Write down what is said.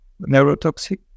neurotoxic